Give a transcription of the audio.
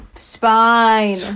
Spine